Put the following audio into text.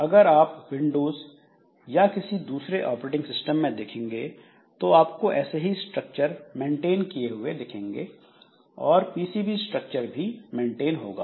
अगर आप विंडोज या किसी दूसरे ऑपरेटिंग सिस्टम में देखेंगे तो आपको ऐसे ही स्ट्रक्चर मेंटेन किए हुए दिखेंगे और पीसीबी स्ट्रक्चर भी मेंटेन होगा